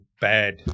bad